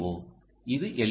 ஓ இது எல்